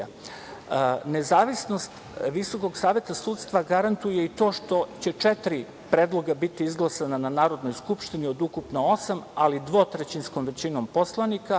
sudija. Nezavisnost Visokog saveta sudstva garantuje i to što će četiri predloga biti izglasana na Narodnoj skupštini od ukupno osam, ali dvotrećinskom većinom poslanika,